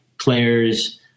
players